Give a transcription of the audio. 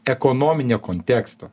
ekonominio konteksto